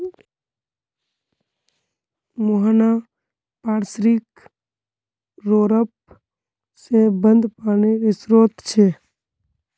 मुहाना पार्श्विक र्रोप से बंद पानीर श्रोत छे